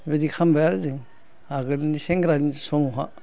बेबायदि खालामबाय आरो जों आगोलनि सेंग्रानि समावहाय